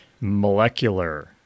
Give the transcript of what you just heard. molecular